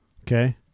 Okay